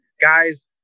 Guys